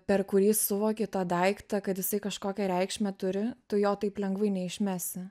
per kurį suvoki tą daiktą kad jisai kažkokią reikšmę turi tu jo taip lengvai neišmesi